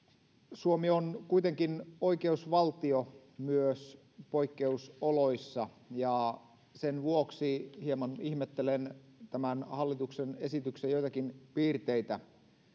suomi on kuitenkin oikeusvaltio myös poikkeusoloissa ja sen vuoksi hieman ihmettelen joitakin tämän hallituksen esityksen piirteitä